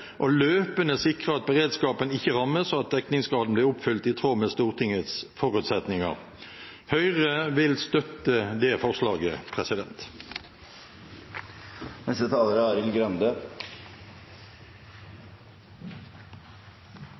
og løpende sikre seg at beredskapen ikke rammes og at dekningsgraden blir oppfylt i tråd med Stortingets forutsetninger.» Høyre vil støtte dette forslaget.